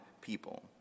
people